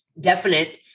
definite